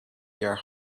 your